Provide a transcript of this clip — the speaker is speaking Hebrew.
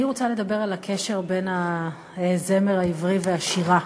אני רוצה לדבר על הקשר בין הזמר העברי לשירה.